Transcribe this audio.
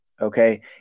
Okay